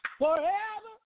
forever